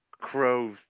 crow